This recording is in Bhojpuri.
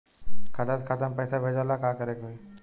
खाता से खाता मे पैसा भेजे ला का करे के होई?